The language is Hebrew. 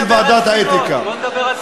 בשביל ועדת האתיקה.